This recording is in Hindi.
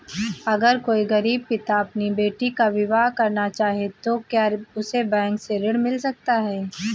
अगर कोई गरीब पिता अपनी बेटी का विवाह करना चाहे तो क्या उसे बैंक से ऋण मिल सकता है?